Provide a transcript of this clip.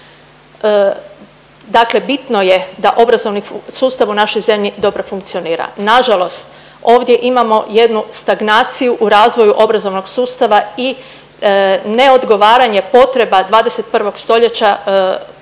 Dakle bitno je da obrazovni sustav u našoj zemlji dobro funkcionira. Nažalost ovdje imamo jednu stagnaciju u razvoju obrazovnog sustava i neodgovaranje potreba 21. st. pod okriljem